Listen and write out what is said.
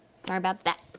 sorry about that.